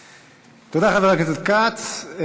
תודה, חבר הכנסת כץ.